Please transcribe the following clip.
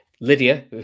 Lydia